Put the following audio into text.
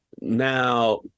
Now